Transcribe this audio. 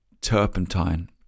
turpentine